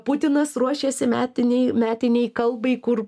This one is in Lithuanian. putinas ruošiasi metinei metinei kalbai kur